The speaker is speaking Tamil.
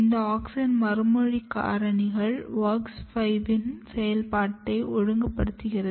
இந்த ஆக்ஸின் மறுமொழி காரணிகள் WOX 5 இன் செயல்பாட்டை ஒழுங்குபடுத்துகிறது